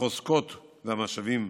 בחוזקות והמשאבים